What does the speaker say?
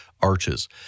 arches